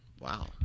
Wow